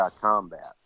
Combat